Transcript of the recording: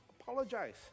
apologize